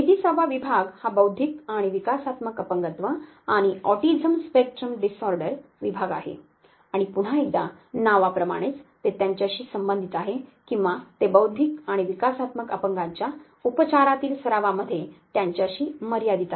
33 वा विभाग हा बौद्धिक आणि विकासात्मक अपंगत्व आणि ऑटिझम स्पेक्ट्रम डिसऑर्डर विभाग आहे आणि पुन्हा एकदा नावाप्रमाणेच ते त्यांच्याशी संबंधित आहे किंवा ते बौद्धिक आणि विकासात्मक अपंगांच्या उपचारातील सरावामध्ये त्यांच्याशी मर्यादित आहेत